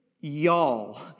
y'all